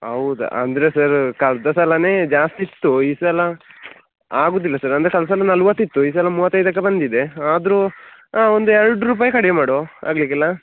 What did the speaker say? ಹೌದಾ ಅಂದರೆ ಸರ್ ಕಳೆದ ಸಲನೇ ಜಾಸ್ತಿ ಇತ್ತು ಈ ಸಲ ಆಗೊದಿಲ್ಲ ಸರ್ ಅಂದರೆ ಕಳೆದ ಸಲ ನಲವತ್ತು ಇತ್ತು ಈ ಸಲ ಮೂವತ್ತೈದಕ್ಕೆ ಬಂದಿದೆ ಆದರೂ ಒಂದು ಎರಡು ರೂಪಾಯಿ ಕಡಿಮೆ ಮಾಡುವ ಆಗಿಲಿಕ್ಕಿಲ್ಲಾ